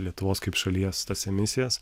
lietuvos kaip šalies tas emisijas